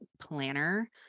planner